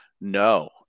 No